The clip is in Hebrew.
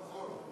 לא נכון.